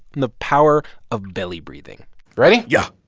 the power of belly breathing ready? yeah.